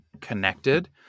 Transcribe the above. connected